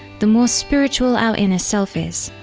the more spiritual our inner self is.